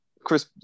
Chris